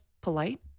polite